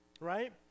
right